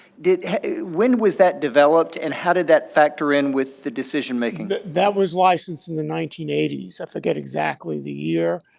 did when was that developed and how did that factor in with the decision making? that that was licensed in the nineteen eighty s. i forget exactly the year.